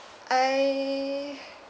I